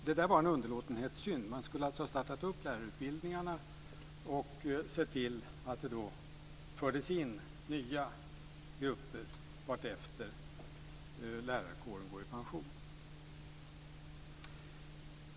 Det är en underlåtenhetssynd. Man skulle alltså ha startat lärarutbildningarna och sett till att det fördes in nya grupper vartefter lärarkåren gick i pension.